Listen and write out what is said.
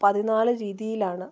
പതിനാല് രീതിയിലാണ്